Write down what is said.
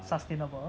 sustainable